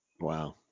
Wow